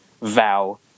vow